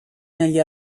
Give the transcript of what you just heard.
negli